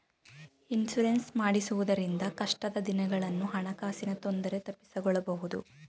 insurance ಮಾಡಿಸುವುದರಿಂದ ಕಷ್ಟದ ದಿನಗಳನ್ನು ಹಣಕಾಸಿನ ತೊಂದರೆ ತಪ್ಪಿಸಿಕೊಳ್ಳಬಹುದು